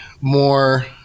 more